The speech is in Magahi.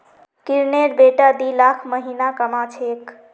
किरनेर बेटा दी लाख महीना कमा छेक